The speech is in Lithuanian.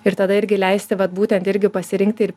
ir tada irgi leisti vat būtent irgi pasirinkti ir